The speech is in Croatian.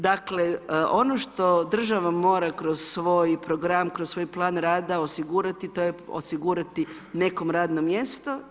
Dakle, ono što država mora kroz svoj program, kroz svoj plan rada osigurati to je osigurati nekom radno mjesto.